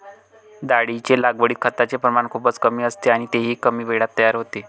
डाळींच्या लागवडीत खताचे प्रमाण खूपच कमी असते आणि तेही कमी वेळात तयार होते